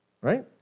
right